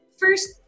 first